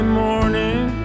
morning